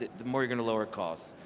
the more you're gonna lower costs.